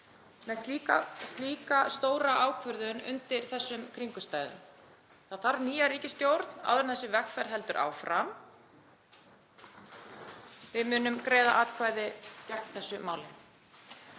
með slíka stóra ákvörðun undir þessum kringumstæðum. Það þarf nýja ríkisstjórn áður en þessi vegferð heldur áfram. Við munum greiða atkvæði gegn þessu máli.